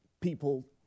people